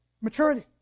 maturity